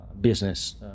business